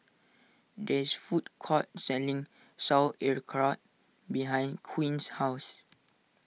there is food court selling Sauerkraut behind Quinn's house